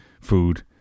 food